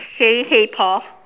saying hey Paul